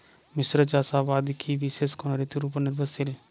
মিশ্র চাষাবাদ কি বিশেষ কোনো ঋতুর ওপর নির্ভরশীল?